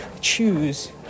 choose